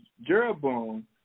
Jeroboam